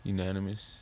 Unanimous